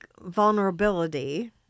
vulnerability